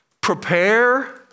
prepare